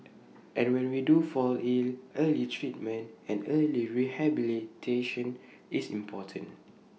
and when we do fall ill early treatment and early rehabilitation is important